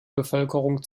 bevölkerung